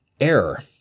error